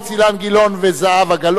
אילן גילאון וזהבה גלאון,